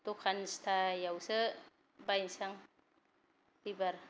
दखान सिथायावसो बायसां एबार